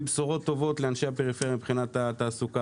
בשורות טובות לאנשי הפריפריה מבחינת התעסוקה,